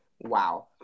Wow